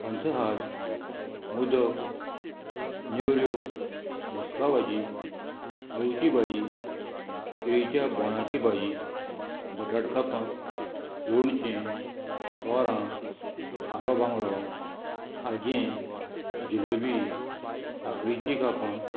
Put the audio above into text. पंचहाज मुदक न्हेवऱ्यो मस्का भाजी आळूची भाजी किळींच्या बोणाची भाजी बटाट कापां लोणचें तोरां खारो बांगडो खाजें जिलेबी साकरीचीं कापां